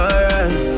Alright